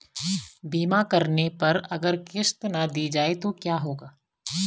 बीमा करने पर अगर किश्त ना दी जाये तो क्या होगा?